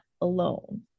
alone